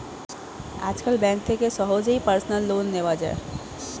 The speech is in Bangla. আজকাল ব্যাঙ্ক থেকে সহজেই পার্সোনাল লোন নেওয়া যায়